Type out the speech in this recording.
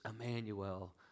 Emmanuel